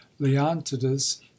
leontidas